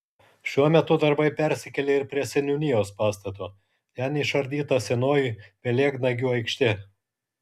šiuo metu darbai persikėlė ir prie seniūnijos pastato ten išardyta senoji pelėdnagių aikštė